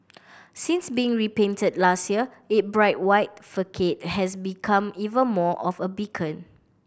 since being repainted last year it bright white facade has become even more of a beacon